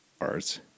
arts